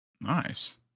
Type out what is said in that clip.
Nice